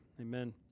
amen